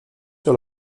sur